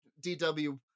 DW